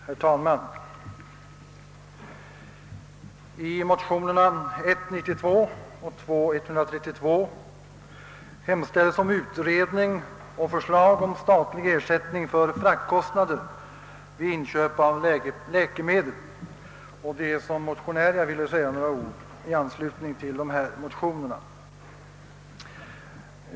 Herr talman! I motionerna I: 92 och II: 132 hemställes om utredning och förslag om statlig ersättning för fraktkostnader vid inköp av läkemedel. Som motionär vill jag säga några ord i anslutning till dessa motioner.